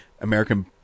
American